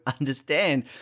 understand